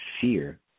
fear